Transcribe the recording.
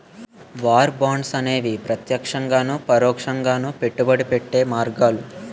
war bonds అనేవి ప్రత్యక్షంగాను పరోక్షంగాను పెట్టుబడి పెట్టే మార్గాలు